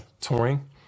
touring